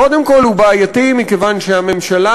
קודם כול הוא בעייתי מכיוון שהממשלה